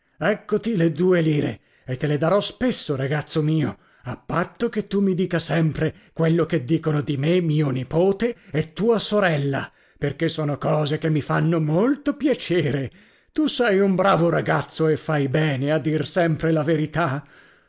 eccoti le due lire e te le darò spesso ragazzo mio a patto che tu mi dica sempre quello che dicono di me mio nipote e tua sorella perché sono cose che mi fanno molto piacere tu sei un bravo ragazzo e fai bene a dir sempre la verità